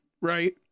right